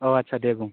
अह आदसा दे बुं